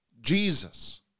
Jesus